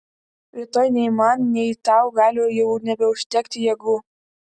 rytoj nei man nei tau gali jau nebeužtekti jėgų